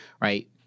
Right